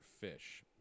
fish